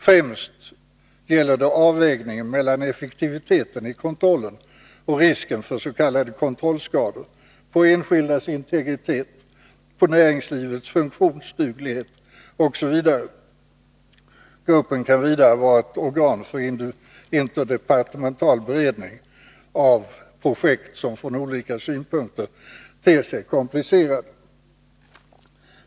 Främst gäller det avvägningen mellan effektiviteten i kontrollen och risken för s.k. kontrollskador på enskildas integritet, näringslivets funktionsduglighet osv. Gruppen kan vidare vara ett organ för interdepartemental beredning av projekt som från olika synpunkter ter sig komplicerade.